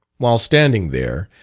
while standing there,